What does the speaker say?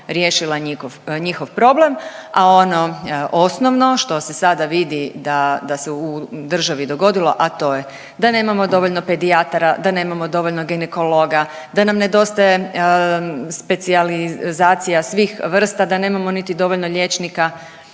riješila njihov problem, a ono osnovno što se sada vidi da se u državi dogodilo, a to je da nemamo dovoljno pedijatara, da nemamo dovoljno ginekologa, da nam nedostaje specijalizacija svih vrsta, da nemamo niti dovoljno liječnika